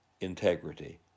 integrity